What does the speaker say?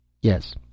Yes